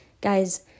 Guys